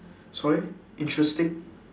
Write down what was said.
sorry interesting